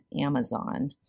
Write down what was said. Amazon